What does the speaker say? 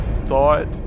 thought